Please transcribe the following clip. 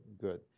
good